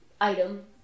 item